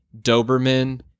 Doberman